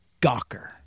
Gawker